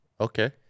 Okay